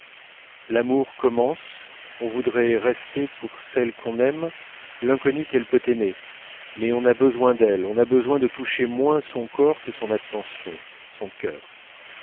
l'amour commence on voudrait rester pour celle qu'on aime l'inconnu qu'elle peut aimer mais on a besoin d'elle on a besoin de toucher moins son corps que son attention son cœur